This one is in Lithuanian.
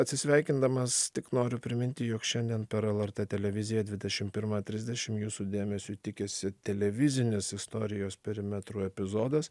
atsisveikindamas tik noriu priminti jog šiandien per lrt televiziją dvidešim pirmą trisdešim jūsų dėmesio tikisi televizinis istorijos perimetrų epizodas